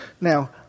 Now